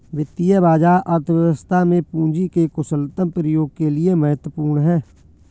वित्तीय बाजार अर्थव्यवस्था में पूंजी के कुशलतम प्रयोग के लिए महत्वपूर्ण है